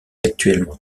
actuellement